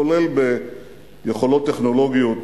כולל ביכולות טכנולוגיות